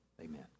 Amen